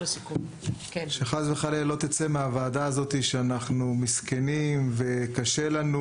שחס וחלילה לא ייצא מהוועדה הזאת שאנחנו מסכנים וקשה לנו.